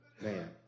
man